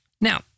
Now